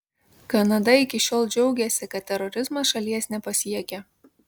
kanada iki šiol džiaugėsi kad terorizmas šalies nepasiekia